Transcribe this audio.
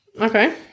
Okay